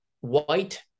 white